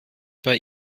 bei